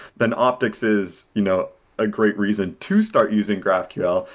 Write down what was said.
then optics is you know a great reason to start using graphql,